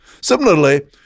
Similarly